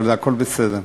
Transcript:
אבל הכול בסדר.